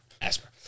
Asper